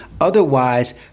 Otherwise